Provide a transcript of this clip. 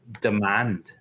demand